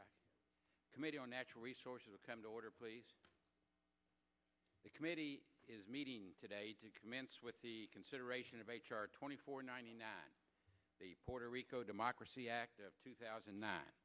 a committee on natural resources will come to order please the committee is meeting today to commence with the consideration of h r twenty four ninety nine the puerto rico democracy act of two thousand